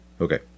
Okay